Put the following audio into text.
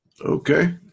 Okay